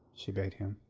she bade him.